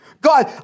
God